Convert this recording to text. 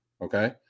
okay